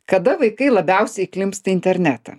kada vaikai labiausiai įklimpsta į internetą